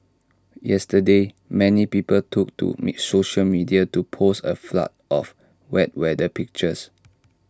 yesterday many people took to social media to post A flood of wet weather pictures